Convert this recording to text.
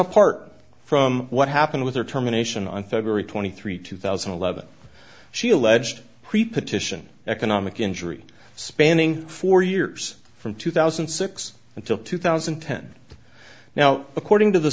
apart from what happened with her terminations on february twenty three two thousand and eleven she alleged pre partition economic injury spanning four years from two thousand and six until two thousand and ten now according to the